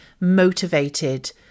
motivated